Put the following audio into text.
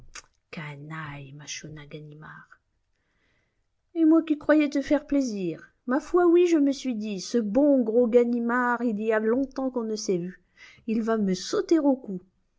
canaille mâchonna ganimard et moi qui croyais te faire plaisir ma foi oui je me suis dit ce bon gros ganimard il y a longtemps qu'on ne s'est vus il va me sauter au cou